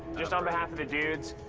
just on behalf of the dudes,